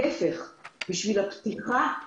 אבל בשביל הפתיחה,